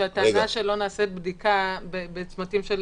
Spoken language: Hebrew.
הטענה שלא נעשית בדיקה בצמתים של